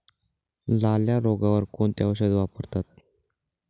लाल्या रोगावर कोणते औषध वापरतात?